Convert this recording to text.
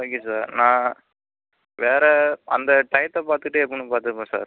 okay sir நான் வேறு அந்த டயத்தைப் பார்த்துட்டே எப்போவும் நான் பார்த்துப்பேன் சார்